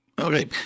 Okay